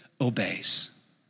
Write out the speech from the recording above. obeys